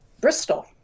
bristol